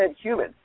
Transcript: human